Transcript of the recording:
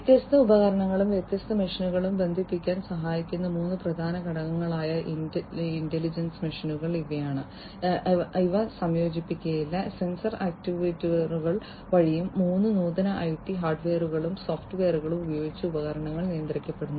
വ്യത്യസ്ത ഉപകരണങ്ങളും വ്യത്യസ്ത മെഷീനുകളും ബന്ധിപ്പിക്കാൻ സഹായിക്കുന്ന മൂന്ന് പ്രധാന ഘടകങ്ങളായ ഇന്റലിജന്റ് മെഷീനുകൾ ഇവയാണ് അവ സംയോജിപ്പിച്ചിരിക്കില്ല സെൻസർ ആക്യുവേറ്ററുകൾ വഴിയും മറ്റ് നൂതന ഐടി ഹാർഡ്വെയറുകളും സോഫ്റ്റ്വെയറുകളും ഉപയോഗിച്ച് ഉപകരണങ്ങൾ നിയന്ത്രിക്കപ്പെടുന്നു